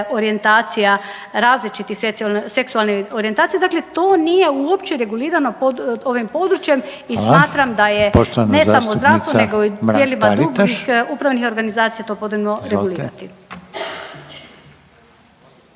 orijentacija različitih seksualnih orijentacija, dakle to uopće nije regulirano ovim područjem i smatram da je ne samo zdravstvo nego i …/Govornica se ne razumije./… upravnih organizacija to potrebno regulirati.